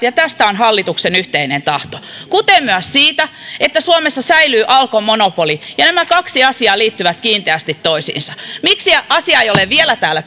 ja tästä on hallituksen yhteinen tahto kuten myös siitä että suomessa säilyy alkon monopoli ja nämä kaksi asiaa liittyvät kiinteästi toisiinsa miksi asia ei ole vielä täällä